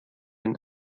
ein